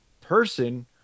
person